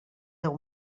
deu